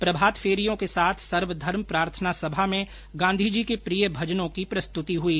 प्रभात फेरियों के साथ सर्वधर्म प्रार्थना सभा में गांधी जी के प्रिय भजनों की प्रस्तुति हुई